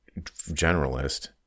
generalist